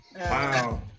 Wow